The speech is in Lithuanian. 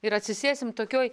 ir atsisėsim tokioj